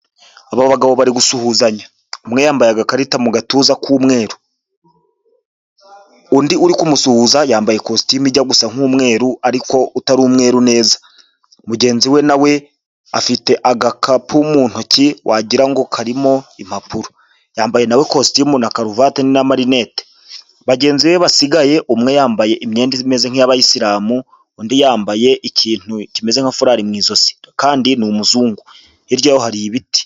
Abo bagabo bari gusuhuzanya mutuza k'umweru undi uri kumusuhu ikositimu nk'umweru ariko utari umweru mugenzi we nawe afite agakapu mu ntoki wagira karimo impapuro yambaye na kositimu na karuvati na marinette bagenzi be basigaye umwe yambaye imyenda imeze nk'iy'abayisilamu undi yambaye ikintu kimeze nka frari mu ijosi kandi ni umuzungu hiryaho hari ibiti.